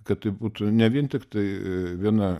kad tai būtų ne vien tiktai viena